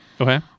Okay